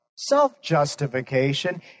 self-justification